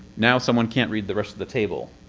now someone can't read the rest of the table,